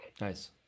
Nice